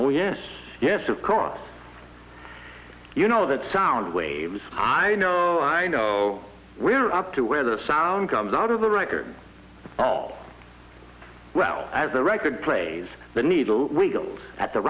oh yes yes of course you know that sound waves i know i know we're up to where the sound comes out of the record all well as the record plays the needle wiggles at the